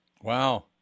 Wow